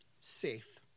safe